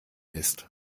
ist